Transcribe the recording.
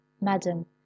madam